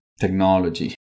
technology